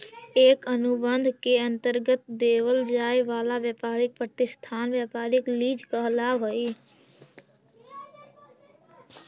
एक अनुबंध के अंतर्गत देवल जाए वाला व्यापारी प्रतिष्ठान व्यापारिक लीज कहलाव हई